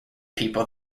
people